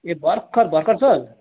ए भर्खर भर्खर सर